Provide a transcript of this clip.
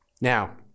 Now